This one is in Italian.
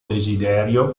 desiderio